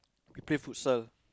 we play futsal